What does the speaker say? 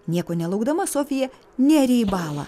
nieko nelaukdama sofija nėrė į balą